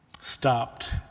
stopped